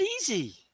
easy